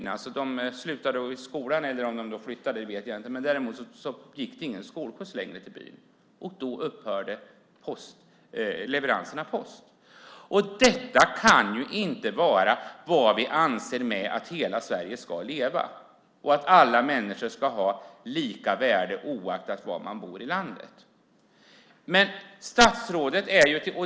Jag vet inte om de slutade skolan eller flyttade därifrån, men det gick ingen skolskjuts till byn längre. Då upphörde leveransen av post. Detta kan inte vara vad vi menar med att hela Sverige ska leva och att alla människor ska ha lika värde oaktat var man bor i landet.